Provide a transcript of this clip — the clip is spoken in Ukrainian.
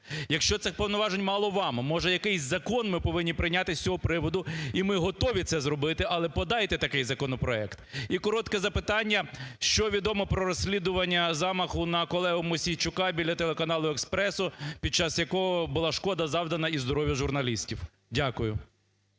Якщо цих повноважень мало вам, може, якийсь закон ми повинні прийняти з цього приводу? І ми готові це зробити, але подайте такий законопроект. І коротке запитання: що відомо про розслідування замаху на колегу Мосійчука біля телеканалу "Еспресо", під час якого шкода була завдана і здоров'ю журналістів? Дякую.